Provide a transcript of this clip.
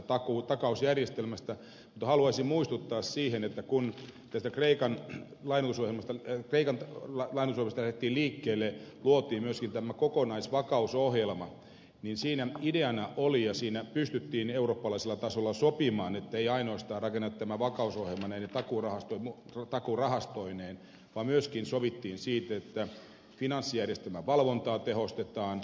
mutta haluaisin muistuttaa siitä että kun tästä kreikan lainoitusohjelmasta lähdettiin liikkeelle ja luotiin myöskin tämä kokonaisvakausohjelma niin siinä ideana oli ja siinä pystyttiin eurooppalaisella tasolla sopimaan ettei ainoastaan rakenneta tätä vakausohjelmaa takuurahastoineen vaan myöskin sovittiin siitä että finanssijärjestelmän valvontaa tehostetaan